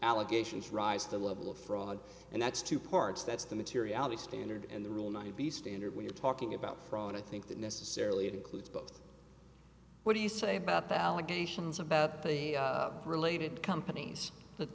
allegations rise to the level of fraud and that's two parts that's the materiality standard and the rule not to be standard when you're talking about fraud i think that necessarily includes both what do you say about the allegations about the related companies